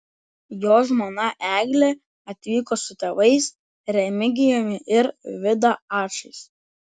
jo žmona eglė atvyko su tėvais remigijumi ir vida ačais